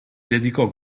dedicò